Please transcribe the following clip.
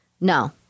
no